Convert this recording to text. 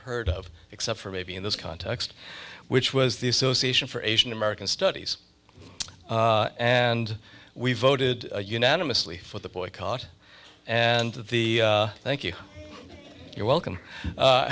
heard of except for maybe in this context which was the association for asian american studies and we voted unanimously for the boycott and the thank you you're welcome